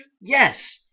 Yes